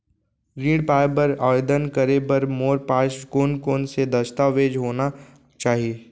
ऋण पाय बर आवेदन करे बर मोर पास कोन कोन से दस्तावेज होना चाही?